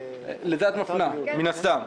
לזה את מפנה, מן הסתם.